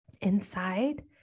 inside